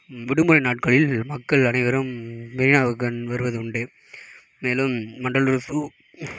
விடுமுறை நாட்களில் மக்கள் அனைவரும் மெரினாவுக்கு வருவதுண்டு மேலும் வண்டலூர் ஜூ